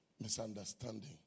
Misunderstanding